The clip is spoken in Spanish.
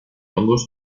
hongos